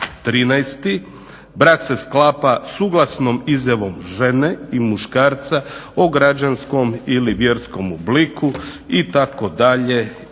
13., brak se sklapa suglasnom izjavom žene i muškarca u građanskom ili vjerskom obliku itd., itd.